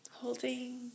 Holding